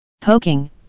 poking